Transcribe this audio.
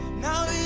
no,